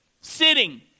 sitting